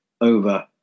over